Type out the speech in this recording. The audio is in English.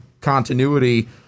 continuity